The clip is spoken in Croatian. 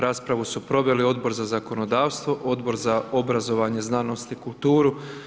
Raspravu su proveli Odbor za zakonodavstvo, Odbor za obrazovanje, znanost i kulturu.